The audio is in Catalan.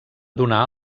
donar